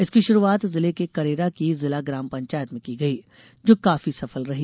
इसकी शुरूआत जिले के करेरा की जिला ग्राम पंचायत में की गई जो काफी सफल रही